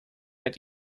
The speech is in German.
mit